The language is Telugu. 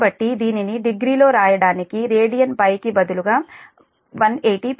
కాబట్టి దీనిని డిగ్రీలో రాయడానికి రేడియన్ Π కి బదులుగా 180 పెట్టండి